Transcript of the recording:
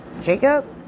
Jacob